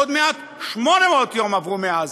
עוד מעט 800 יום עברו מאז,